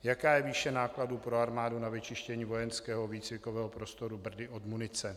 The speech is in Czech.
Jaká je výše nákladů pro armádu na vyčištění vojenského výcvikového prostoru Brdy od munice?